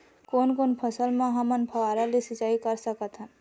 कोन कोन फसल म हमन फव्वारा ले सिचाई कर सकत हन?